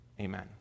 Amen